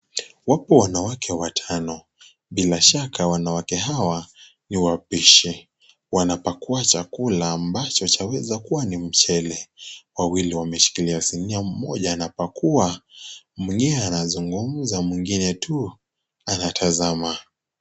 Wapo wanawake watano, bila shaka wanawake hawa ni wapishi, wanapakua chakula ambacho chaweza kuwa ni mchele, wawili wameshikilia sinia mmoja anapakua, mwingine anazungumza, mwingine tu anatazama.